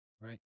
right